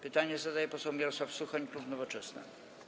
Pytanie zadaje poseł Mirosław Suchoń, klub Nowoczesna.